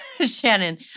Shannon